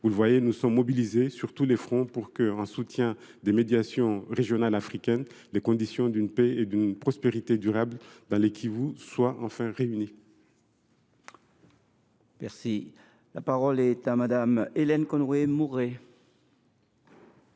Vous le voyez, nous sommes mobilisés sur tous les fronts, en soutien des médiations régionales africaines, pour que les conditions d’une paix et d’une prospérité durables dans les Kivu soient enfin réunies. La parole est à Mme Hélène Conway Mouret,